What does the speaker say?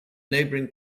neighbouring